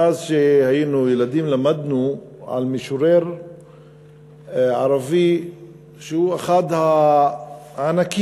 מאז שהיינו ילדים למדנו על משורר ערבי שהוא אחד הענקים